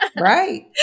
Right